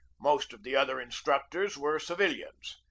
most of the other instructors were civilians.